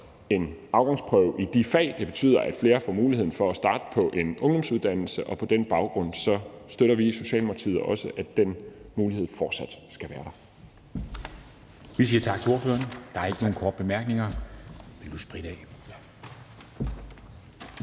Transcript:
en afgangsprøve i de fag; det betyder, at flere får mulighed for at starte på en ungdomsuddannelse. Og på den baggrund støtter vi i Socialdemokratiet, at den mulighed fortsat skal være der.